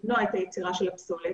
למנוע את היצירה של הפסולת.